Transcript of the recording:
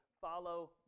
follow